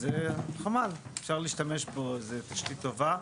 חמ"ל, אפשר להשתמש בו, זה תשתית טובה.